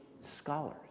scholars